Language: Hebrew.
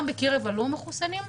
גם בקרב הלא מחוסנים,